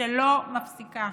שלא מפסיקה.